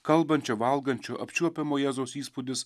kalbančio valgančio apčiuopiamo jėzaus įspūdis